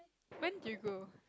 when do you go